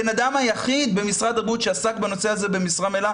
הבנאדם היחיד במשרד הבריאות שעסק בנושא הזה במשרה מלאה